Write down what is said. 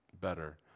better